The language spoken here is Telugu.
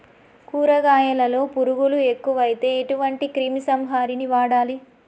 కూరగాయలలో పురుగులు ఎక్కువైతే ఎటువంటి క్రిమి సంహారిణి వాడాలి?